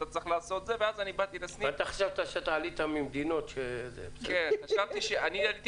ואתה חשבת שעלית ממדינות שבהן --- אני עליתי